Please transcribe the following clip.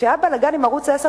כשהיה בלגן עם ערוץ-10,